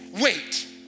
Wait